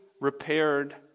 repaired